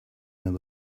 their